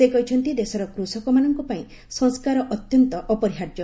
ସେ କହିଛନ୍ତି ଦେଶର କୃଷକମାନଙ୍କ ପାଇଁ ସଂସ୍କାର ଅତ୍ୟନ୍ତ ଅପରିହାର୍ଯ୍ୟ